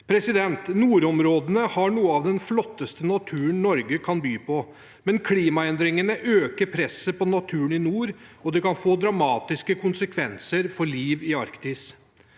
Nordområdene har noe av den flotteste naturen Norge kan by på, men klimaendringene øker presset på naturen i nord, og det kan få dramatiske konsekvenser for livet i Arktis.